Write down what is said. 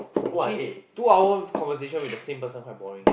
actually two hours conversation with the same person quite boring eh